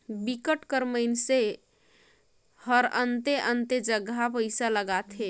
बिकट कर मइनसे हरअन्ते अन्ते जगहा पइसा लगाथे